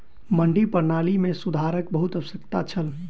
मंडी प्रणाली मे सुधारक बहुत आवश्यकता छल